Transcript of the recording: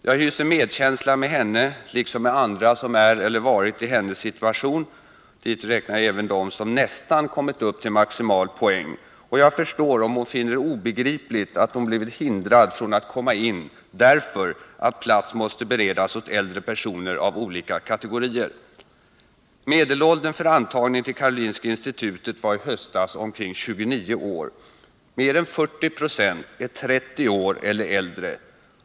Jag hyser medkänsla med henne liksom med andra som är eller varit i hennes situation — dit räknar jag även dem som nästan kommit upp till maximal poäng — och jag förstår om hon finner det obegripligt att hon därför att plats måste beredas åt äldre personer av olika kategorier blivit hindrad från att komma in. Medelåldern för antagning till Karolinska institutet var i höstas omkring 29 år. Mer än 40 96 är 30 år eller äldre.